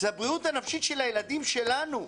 זה הבריאות הנפשית של הילדים שלנו,